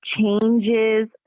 changes